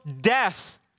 Death